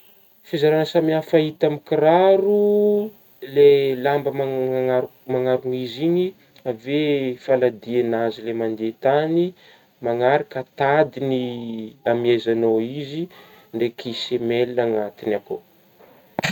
Fizaragna samihafa hita amin'gny kiraro lay lamba mananaro-magnarogn'izy igny avy eo faladihinazy ilay mandeha tany manaraka tadidigny amehezagnao izy ndraiky semeila anatgny aky eo.